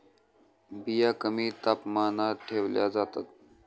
बिया कमी तापमानात ठेवल्या जातात